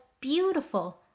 beautiful